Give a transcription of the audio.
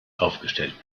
aufgestellt